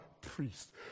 priest